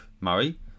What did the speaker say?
Murray